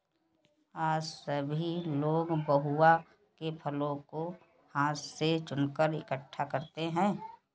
आज भी लोग महुआ के फलों को हाथ से चुनकर इकठ्ठा करते हैं